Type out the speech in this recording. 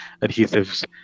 adhesives